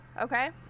okay